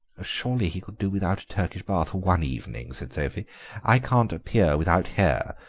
surely he could do without a turkish bath for one evening, said sophie i can't appear without hair,